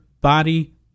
body